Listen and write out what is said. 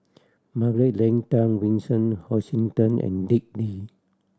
Margaret Leng Tan Vincent Hoisington and Dick Lee